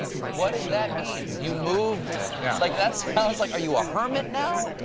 what does that mean? you moved yeah like, that sounds like are you ah hermit now?